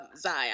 Zion